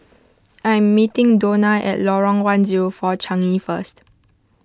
I am meeting Donna at Lorong one zero four Changi first